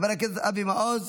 חבר הכנסת אבי מעוז,